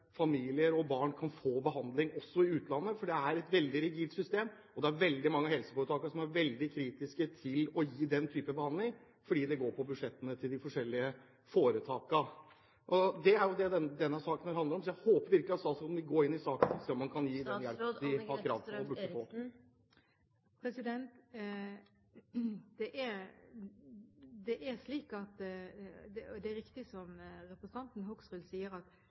familier og barn kan få behandling også i utlandet. Det er et veldig rigid system, og det er veldig mange av helseforetakene som er veldig kritiske til å gi den type behandling, fordi det går på budsjettene til de forskjellige foretakene. Det er jo det denne saken handler om. Jeg håper virkelig at statsråden vil gå inn i saken og se om man kan gi den hjelp familien har krav på og burde få. Det er riktig som representanten Hoksrud sier, at det er ikke sånn at